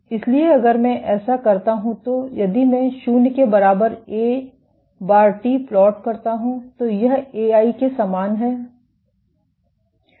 इसलिए अगर मैं ऐसा करता हूं तो यदि मैं शून्य के बराबर ए बार टी प्लॉट करता हूं तो यह एआई के समान है